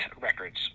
records